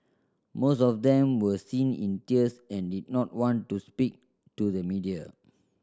most of them were seen in tears and did not want to speak to the media